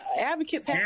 advocates